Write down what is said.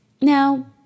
Now